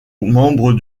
membre